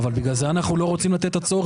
אבל בגלל זה אנחנו לא רוצים לתת את הצורך